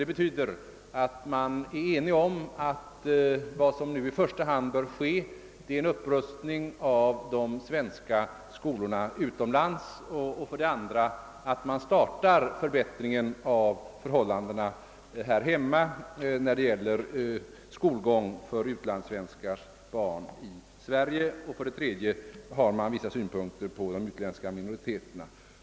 Det betyder att man är enig om att vad som nu i första hand bör ske är en upprustning av de svenska skolorna utomlands och, för det andra, att man startar en förbättring av förhållandena här hemma när det gäller skolgång för utlandssvenska barn i Sverige. Man har även vissa synpunkter på de utländska minoriteterna.